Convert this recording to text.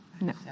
No